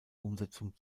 umsetzung